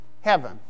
heaven